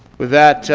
with that,